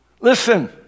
Listen